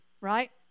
right